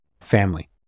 family